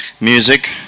music